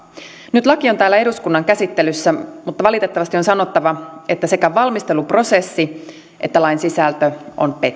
laki on täällä eduskunnan käsittelyssä mutta valitettavasti on sanottava että sekä valmisteluprosessi että lain sisältö on